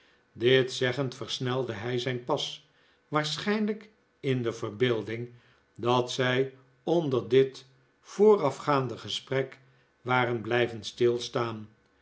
dit zeggend versnelde hij zijn pas waarschijnlijk in de verbeelding dat zij onder dit voorafgegane gesprek waren blijven stilstaan